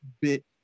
bit